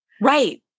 Right